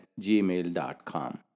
gmail.com